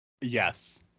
Yes